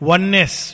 Oneness